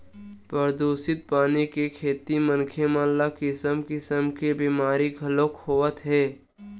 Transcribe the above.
परदूसित पानी के सेती मनखे मन ल किसम किसम के बेमारी घलोक होवत हे